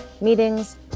meetings